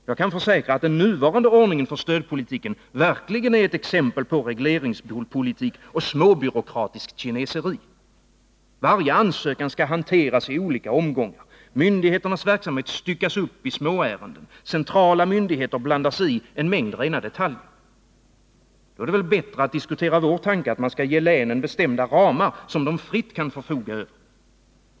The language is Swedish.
Jag kan försäkra att den nuvarande ordningen för stödpolitiken verkligen är ett exempel på regleringspolitik och småbyråkratiskt kineseri. Varje ansökan skall hanteras i olika omgångar, myndigheternas verksamhet styckas upp i småärenden, centrala myndigheter blandar sig i en mängd rena detaljer. Då är det väl bättre att diskutera vår tanke, att man skall ge länen bestämda ramar som de fritt kan förfoga över.